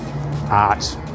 art